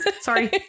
Sorry